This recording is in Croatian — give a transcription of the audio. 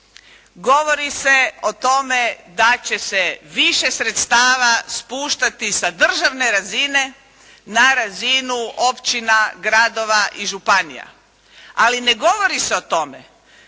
Govori se o tome da će se više sredstava spuštati sa državne razine na razinu općina, gradova i županija, ali ne govori se o tome